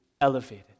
elevated